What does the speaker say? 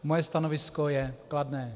Moje stanovisko je kladné.